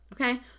okay